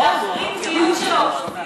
להחרים דיון של האופוזיציה.